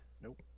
Nope